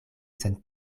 sen